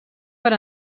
per